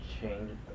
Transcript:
change